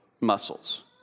muscles